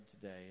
today